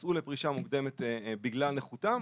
יצאו לפרישה מוקדמת בגלל נכותם,